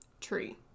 tree